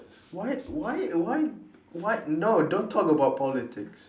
why why why why no don't talk about politics